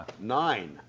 Nine